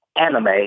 anime